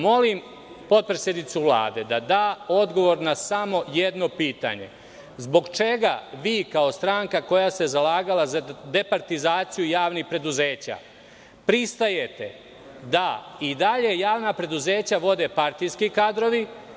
Molim potpredsednicu Vlade da da odgovor na samo jedno pitanje – zbog čega vi, kao stranka koja se zalagala za departizaciju javnih preduzeća, pristajete da i dalje javna preduzeća vode partijski kadrovi?